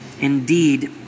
indeed